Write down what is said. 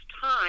time